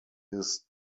his